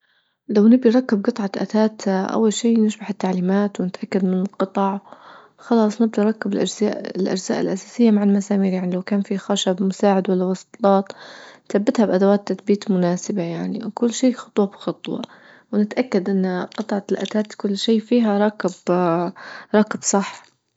لو نبى نركب جطعة أثاث أول شي نشرح التعليمات ونتأكد من القطع، خلاص نبدأ نركب الأجزا-الأجزاء الأساسية مع المسامير يعني لو كان في خشب مساعد ولا وصلات نثبتها بأدوات تثبيت مناسبة يعني وكل شي خطوة بخطوة، ونتأكد أنها قطعة الأثاث كل فيها راكب-راكب صح.